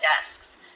desks